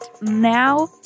now